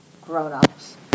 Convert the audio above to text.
grown-ups